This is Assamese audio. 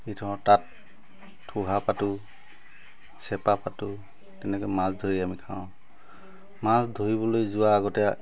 দি থওঁ তাত থোহা পাতোঁ চেপা পাতোঁ তেনেকৈ মাছ ধৰি আমি খাওঁ মাছ ধৰিবলৈ যোৱাৰ আগতে